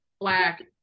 black